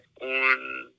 un